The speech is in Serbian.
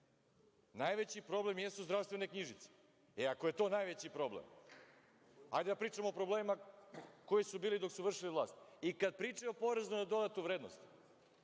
Najveći problem jesu zdravstvene knjižice. E, ako je to najveći problem, hajde da pričamo o problemima koji su bili dok su vršili vlast. Kada pričaju o PDV-u, koliko znam,